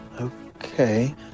Okay